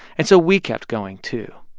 and so we kept going too.